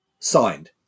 Signed